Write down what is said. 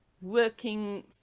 working